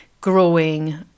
growing